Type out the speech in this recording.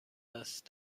دست